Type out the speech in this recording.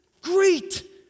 Great